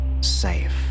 safe